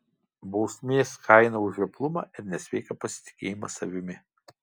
bausmės kaina už žioplumą ir nesveiką pasitikėjimą savimi